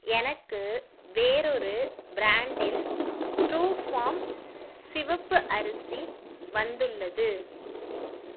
எனக்கு வேறொரு ப்ராண்டில் ட்ரூஃபார்ம் சிவப்பு அரிசி வந்துள்ளது